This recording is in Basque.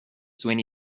zuen